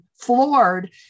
floored